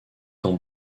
dans